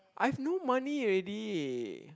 I've no money already